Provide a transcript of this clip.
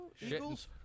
Eagles